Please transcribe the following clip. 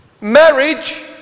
Marriage